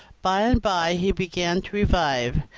by and by he began to revive,